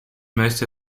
most